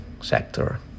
sector